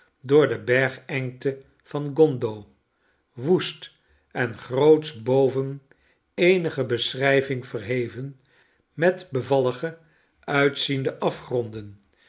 door de bergengte van gondo woest en grootsch boven eenige beschrijving verheven met bevallige uitziende afgronden